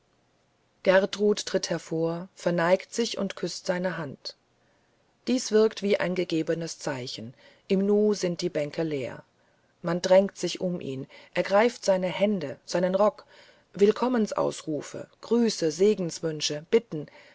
gertrud tritt hervor verneigt sich und küßt seine hand dies wirkt wie ein gegebenes zeichen im nu sind die bänke leer man drängt sich um ihn ergreift seine hände seinen rock willkommenausrufe grüße segenswünsche bitten